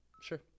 Sure